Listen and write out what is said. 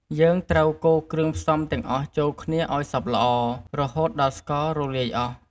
យើងត្រូវកូរគ្រឿងផ្សំទាំងអស់ចូលគ្នាឱ្យសព្វល្អ រហូតដល់ស្កររលាយអស់។